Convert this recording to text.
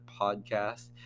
podcast